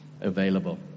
available